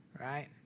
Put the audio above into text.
right